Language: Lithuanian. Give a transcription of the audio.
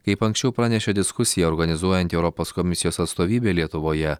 kaip anksčiau pranešė diskusiją organizuojanti europos komisijos atstovybė lietuvoje